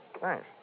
Thanks